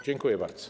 Dziękuję bardzo.